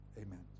Amen